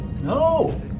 no